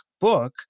book